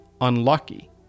unlucky